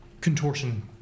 contortion